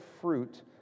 fruit